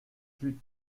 peut